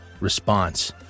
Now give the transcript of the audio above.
Response